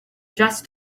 just